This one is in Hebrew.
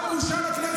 כמה ילדים